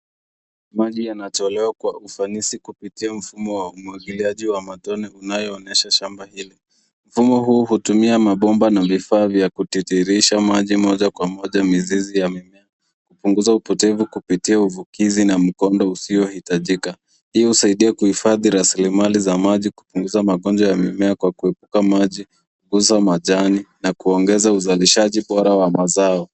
Maji yanatolewa kwa ufanisi kupitia mfumo wa umwagiliaji wa matone unayoonyesha shamba hili. Mfumo huu hutumia mabomba na vifaa vya kutiririsha maji, moja kwa moja mizizi ya mimea, kupunguza upotevu kupitia uvukizi na mkondo usiohitajika. Hii husaidia kuhifadhi rasilimali za maji, kupunguza magonjwa ya mimea kuepuka maji, kupunguza majani na kuongeza uzalishaji bora wa mazao.